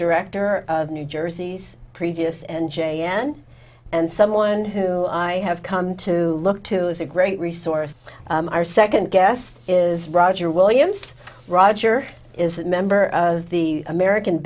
her new jersey's previous and j n and someone who i have come to look to is a great resource our second guest is roger williams roger is a member of the american